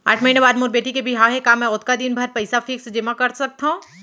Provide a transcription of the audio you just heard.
आठ महीना बाद मोर बेटी के बिहाव हे का मैं ओतका दिन भर पइसा फिक्स जेमा कर सकथव?